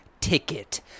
ticket